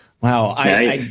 wow